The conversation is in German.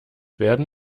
werden